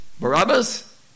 Barabbas